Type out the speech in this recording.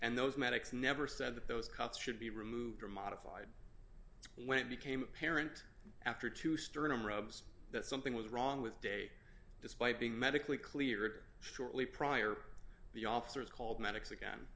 and those medics never said that those cuts should be removed or modified when it became apparent after two sternum ribs that something was wrong with day despite being medically cleared shortly prior the officers called medics again